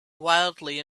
wildly